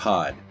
Pod